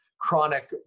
chronic